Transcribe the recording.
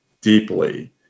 deeply